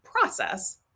process